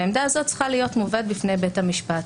העמדה הזאת צריכה להיות מובאת בפני בית המשפט